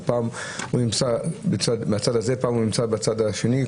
הוא פעם נמצא מהצד הזה ופעם מהצד השני.